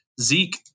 Zeke